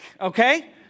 okay